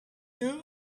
two